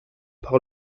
par